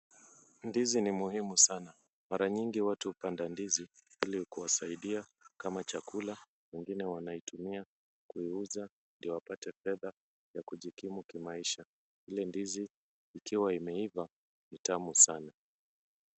Ndizi ni muhimu sana, mara nyingi watu hukanda ndizi ili kuwasaidia kama chakula, wengine wanaitumia kuiuza ndivyo wapate pesa ya kujikimu kimaisha, ile ndizi ikiwa imeiva ni tamu sana.